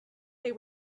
they